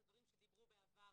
אלה דברים שדיברו בעבר,